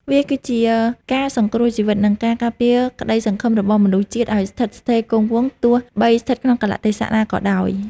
វាគឺជាការសង្គ្រោះជីវិត និងការការពារក្តីសង្ឃឹមរបស់មនុស្សជាតិឱ្យស្ថិតស្ថេរគង់វង្សទោះបីស្ថិតក្នុងកាលៈទេសៈណាក៏ដោយ។